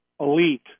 elite